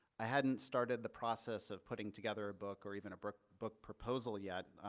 i hadn't started the process of putting together a book or even a book book proposal yet,